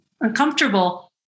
uncomfortable